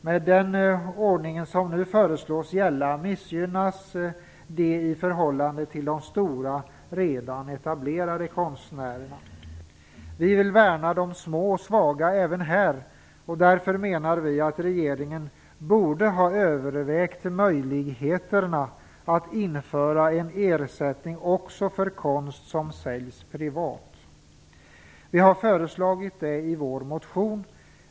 Med den ordning som nu föreslås gälla missgynnas de i förhållande till de stora, redan etablerade konstnärerna. Vi vill värna de små och svaga även här. Därför menar vi att regeringen borde ha övervägt möjligheterna att införa en ersättning också för konst som säljs privat. Vi har föreslagit det i vår motion.